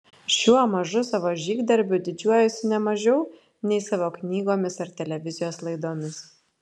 šiuo mažu savo žygdarbiu didžiuojuosi ne mažiau nei savo knygomis ar televizijos laidomis